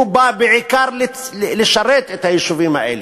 הוא בא בעיקר לשרת את היישובים האלה.